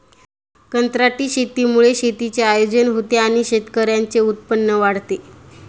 कंत्राटी शेतीमुळे शेतीचे आयोजन होते आणि शेतकऱ्यांचे उत्पन्न वाढते